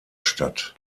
statt